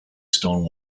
stone